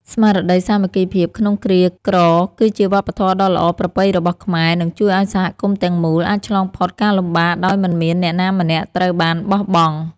ស្មារតីសាមគ្គីភាពក្នុងគ្រាក្រគឺជាវប្បធម៌ដ៏ល្អប្រពៃរបស់ខ្មែរ និងជួយឱ្យសហគមន៍ទាំងមូលអាចឆ្លងផុតការលំបាកដោយមិនមានអ្នកណាម្នាក់ត្រូវបានបោះបង់។